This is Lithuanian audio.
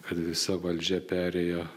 kad visa valdžia perėjo